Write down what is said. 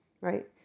right